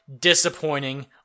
disappointing